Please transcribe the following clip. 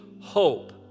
hope